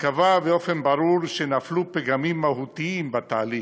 באופן ברור, שנפלו פגמים מהותיים בתהליך.